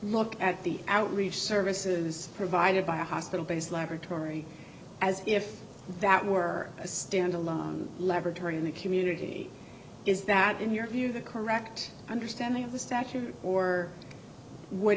look at the outreach services provided by a hospital based laboratory as if that were a standalone laboratory in the community is that in your view the correct understanding of the stack you or would